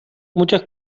muchas